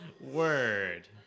word